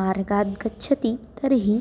मार्गात् गच्छति तर्हि